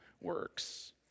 works